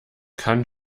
kann